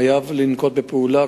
חייב לנקוט פעולה,